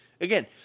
again